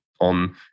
on